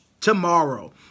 tomorrow